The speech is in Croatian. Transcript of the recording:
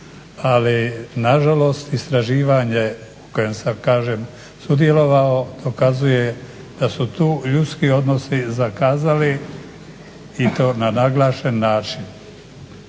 Ali nažalost istraživanje, u kojem sam kažem sudjelovao, dokazuje da su tu ljudski odnosi zakazali i to na naglašen način.